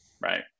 right